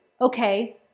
Okay